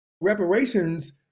Reparations